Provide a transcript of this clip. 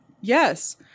Yes